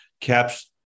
caps